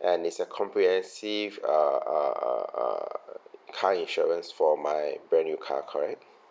and it's a comprehensive uh uh uh uh car insurance for my brand new car correct